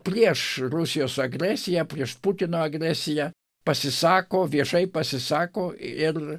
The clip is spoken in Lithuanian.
prieš rusijos agresiją prieš putino agresiją pasisako viešai pasisako ir